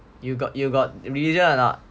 you got you got religion or not